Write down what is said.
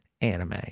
anime